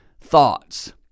thoughts